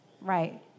Right